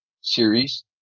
series